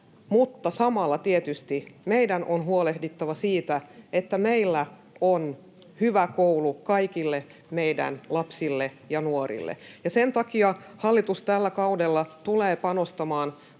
Mutta samalla tietysti meidän on huolehdittava siitä, että meillä on hyvä koulu kaikille meidän lapsille ja nuorille. Sen takia hallitus tällä kaudella tulee panostamaan